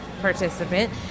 participant